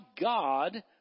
God